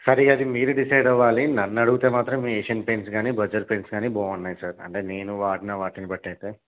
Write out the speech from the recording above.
sir ఇక అది మీరు డిసైడ్ అవ్వాలి నన్ను అడిగితే మాత్రం ఏషియన్ పెయింట్స్ కానీ బర్జర్ పెయింట్స్ కానీ బాగున్నాయి సార్ అంటే నేను వాడిన వాటిని బట్టి అయితే